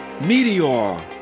Meteor